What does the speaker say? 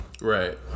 Right